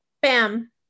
Bam